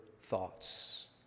thoughts